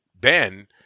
Ben